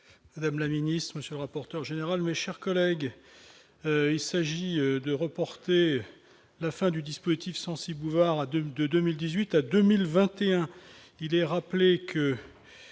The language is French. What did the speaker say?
Madame la Ministre Monsieur rapporteur général, mes chers collègues, il s'agit de reporter la fin du dispositif Censi-Bouvard à 2002 2018 à 2021,